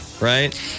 Right